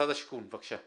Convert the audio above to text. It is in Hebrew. משרד השיכון, בבקשה.